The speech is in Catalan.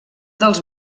dels